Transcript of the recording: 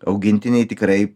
augintiniai tikrai